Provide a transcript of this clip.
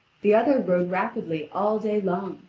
the other rode rapidly all day long,